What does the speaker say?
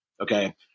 okay